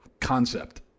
concept